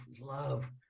love